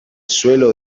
suelo